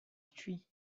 tree